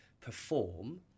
perform